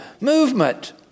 movement